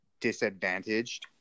disadvantaged